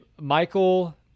Michael